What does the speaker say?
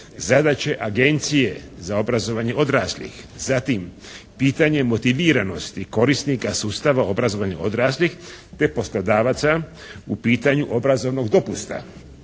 zadaće agencije za obrazovanjem odraslih, zatim pitanje motiviranosti korisnika sustava obrazovanja odraslih te poslodavaca u pitanju obrazovnog dopusta.